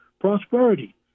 prosperity